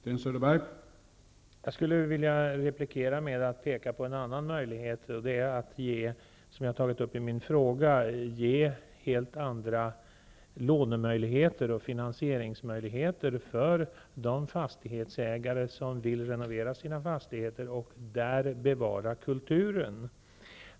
Herr talman! Jag skulle vilja replikera med att peka på en annan möjlighet som jag har tagit upp i min fråga. Det är att ge helt andra lånemöjligheter och finansieringsmöjligheter för de fastighetsägare som vill renovera sina fastigheter och bevara kulturen.